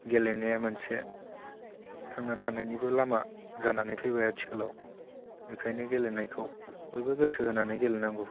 गेलेनाया मोनसे थांना थानायनिबो लामा जानानै फैबाय आथिखालाव बेखायनो गेलेनायखौ बयबो गोसो होनानै गेलोनांगौ